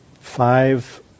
five